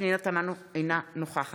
אינו נוכח